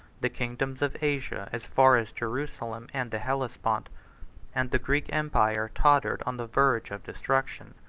the kingdoms of asia, as far as jerusalem and the hellespont and the greek empire tottered on the verge of destruction.